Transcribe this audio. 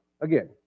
again